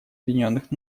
объединенных